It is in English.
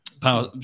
Power